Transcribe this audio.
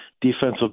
defensive